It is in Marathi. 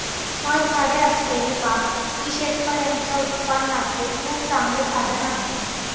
फळझाडे असलेली बाग ही शेतकऱ्यांच्या उत्पन्नाचे खूप चांगले साधन आहे